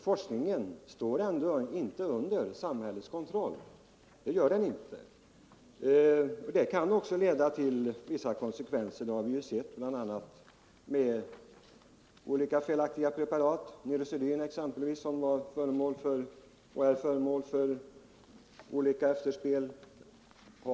Forskningen står dock inte under samhällets kontroll, och detta kan få vissa kon — Nr 129 sekvenser. Det har t.ex. kommit fram felaktiga preparat såsom neu Onsdagen den rosedyn, som har givit upphov till en rad rättsliga efterspel.